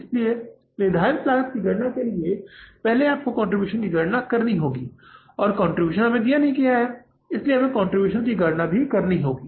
इसलिए निर्धारित लागत की गणना के लिए आपको पहले कंट्रीब्यूशन की गणना करनी होगी और कंट्रीब्यूशन हमें नहीं दिया गया है इसलिए हमें कंट्रीब्यूशन की गणना भी करनी होगी